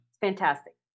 fantastic